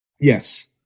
Yes